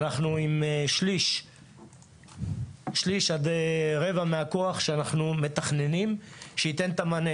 אנחנו עם שליש עד רבע מהכוח שאנחנו מתכננים שייתן את המענה.